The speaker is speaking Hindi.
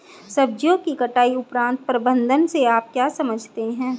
सब्जियों की कटाई उपरांत प्रबंधन से आप क्या समझते हैं?